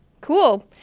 cool